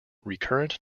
recurrent